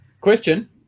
Question